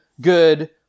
Good